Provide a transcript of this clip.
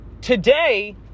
today